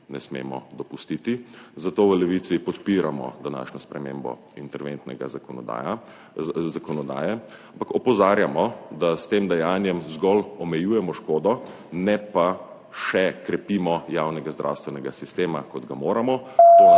ne smemo dopustiti, zato v Levici podpiramo današnjo spremembo interventne zakonodaje, ampak opozarjamo, da s tem dejanjem zgolj omejujemo škodo, ne krepimo pa še javnega zdravstvenega sistema, kot ga moramo.